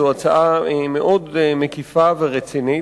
זו הצעה מאוד מקיפה ורצינית,